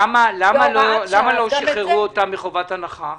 למה לא שחררו אותם מחובת הנחה?